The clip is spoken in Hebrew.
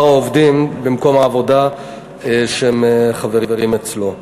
העובדים במקום העבודה שהם חברים אצלו.